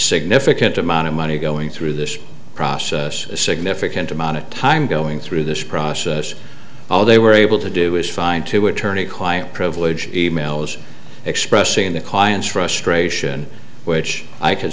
significant amount of money going through this process a significant amount of time going through this process all they were able to do is find two attorney client privilege e mails expressing their client's frustration which i c